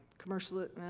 commercialization. ah,